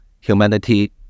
humanity